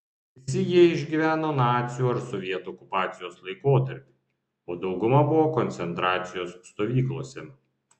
visi jie išgyveno nacių ar sovietų okupacijos laikotarpį o dauguma buvo koncentracijos stovyklose